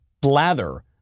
blather